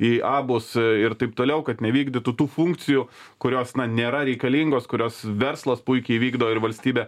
į abus ir taip toliau kad nevykdytų tų funkcijų kurios nėra reikalingos kurios verslas puikiai vykdo ir valstybė